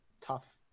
tough